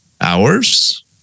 hours